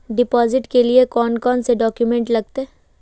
Deposit के लिए कौन कौन से डॉक्यूमेंट लगते?